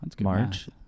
March